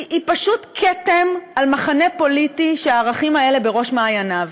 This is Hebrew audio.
היא פשוט כתם על מחנה פוליטי שהערכים האלה בראש מעייניו.